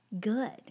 good